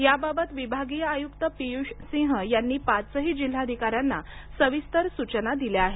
याबाबत विभागीय आयुक्त पियुष सिंह यांनी पाचही जिल्हाधिकाऱ्यांना सविस्तर सूचना दिल्या आहेत